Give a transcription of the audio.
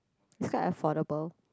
it's quite affordable